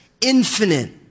infinite